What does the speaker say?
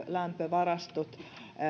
lämpövarastot